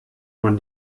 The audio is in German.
man